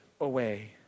away